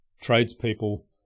tradespeople